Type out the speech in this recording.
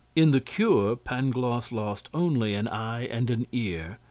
in the cure pangloss lost only an eye and an ear.